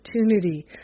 opportunity